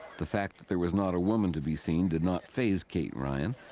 the fact that there was not a woman to be seen did not faze kate ryan.